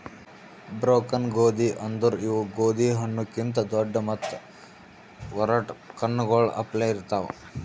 broken ಗೋದಿ ಅಂದುರ್ ಇವು ಗೋದಿ ಹಣ್ಣು ಕಿಂತ್ ದೊಡ್ಡು ಮತ್ತ ಒರಟ್ ಕಣ್ಣಗೊಳ್ ಅಪ್ಲೆ ಇರ್ತಾವ್